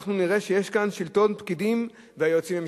במהרה ובקרוב נראה שיש כאן שלטון פקידים ויועצים משפטיים.